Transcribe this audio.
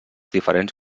diferents